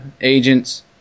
agents